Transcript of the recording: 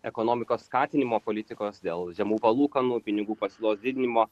ekonomikos skatinimo politikos dėl žemų palūkanų pinigų pasiūlos didinimo